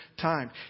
time